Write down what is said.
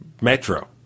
Metro